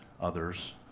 others